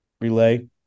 relay